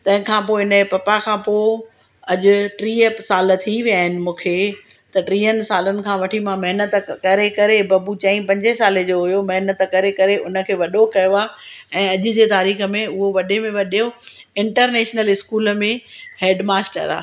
तंहिंखां पोइ हिनजे पप्पा खां पोइ अॼ टीह प साल थी विया आहिनि मूंखे त टीहनि सालनि खां वठी मां महिनत करे करे बबु चंई पंजे साले जो हुयो महिनत करे करे उनखे वॾो कयो आहे ऐं अॼ जे तारीख़ में उहो वॾे में वॾयो इंटरनैशनल स्कूल में हैड मास्टर आहे